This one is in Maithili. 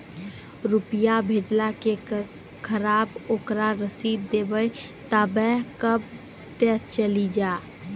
रुपिया भेजाला के खराब ओकरा रसीद देबे तबे कब ते चली जा?